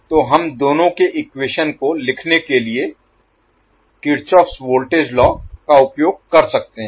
तो हम दोनों के इक्वेशन को लिखने के लिए किर्चोफ़्स वोल्टेज लॉ का उपयोग कर सकते हैं